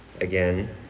again